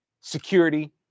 security